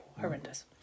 Horrendous